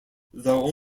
though